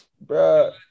Bro